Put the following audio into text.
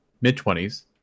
mid-twenties